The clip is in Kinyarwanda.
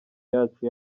yacu